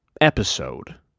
episode